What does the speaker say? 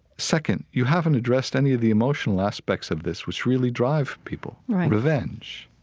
second, you haven't addressed any of the emotional aspects of this which really drive people revenge,